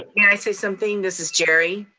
ah may i say something? this is jeri.